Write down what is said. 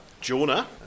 Jonah